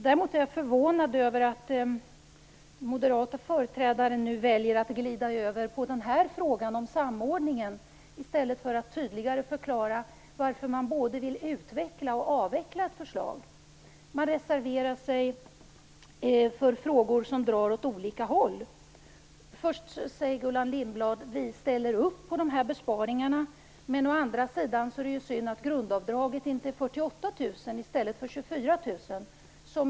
Däremot är jag förvånad över att moderata företrädare nu väljer att glida över på frågan om samordningen i stället för att tydligare förklara varför de både vill utveckla och avveckla ett förslag. De reserverar sig för frågor som drar åt olika håll. Först säger Gullan Lindblad att Moderaterna ställer sig bakom dessa besparingar. Men å andra sidan säger hon att det är synd att grundavdraget inte är 48 000 kr i stället för 24 000 kr.